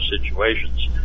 situations